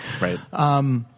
Right